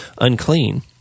unclean